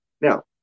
Now